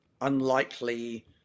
unlikely